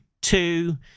two